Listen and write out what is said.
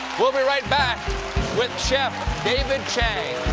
we'll be right back with chef david chang.